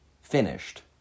finished